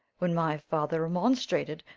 when my father remonstrated,